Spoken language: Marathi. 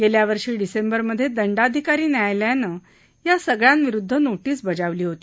गेल्यावर्षी डिसेंबरमधे दंडाधिकारी न्यायालयानं या सगळ्यांविरुद्ध नोटीस बजावली होती